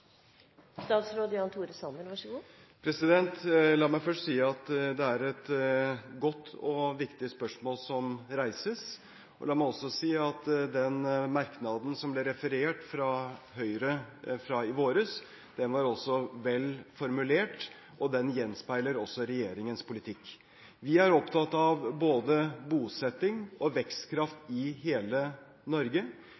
La meg først si at det er et godt og viktig spørsmål som reises. La meg også si at den merknaden fra Høyre i vår som ble referert, var vel formulert, og den gjenspeiler regjeringens politikk. Vi er opptatt av både bosetting og vekstkraft